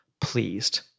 pleased